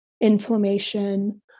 inflammation